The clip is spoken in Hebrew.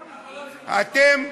אתם,